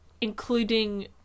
including